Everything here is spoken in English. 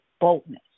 boldness